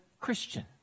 Christian